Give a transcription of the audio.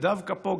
ודווקא פה,